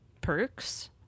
Perks